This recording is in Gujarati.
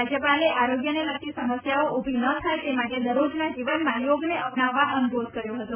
રાજ્યપાલે આરોગ્યને લગતી સમસ્યાઓ ઊભી ન થાય તે માટે દરરોજના જીવનમાં યોગને અપનાવવા અનુરોધ કર્યો હતો